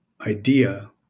idea